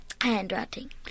handwriting